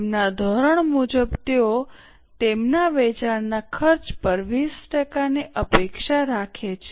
તેમના ધોરણ મુજબ તેઓ તેમના વેચાણના ખર્ચ પર 20 ટકાની અપેક્ષા રાખે છે